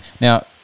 Now